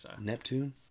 Neptune